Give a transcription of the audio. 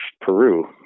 Peru